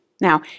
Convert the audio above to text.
Now